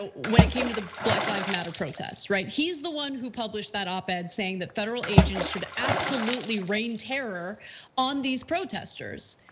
and when it came to the black lives matter protests, right? he's the one who published that op ed saying that federal agents should absolutely reign terror on these protesters.